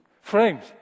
Frames